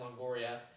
Longoria